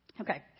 Okay